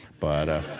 but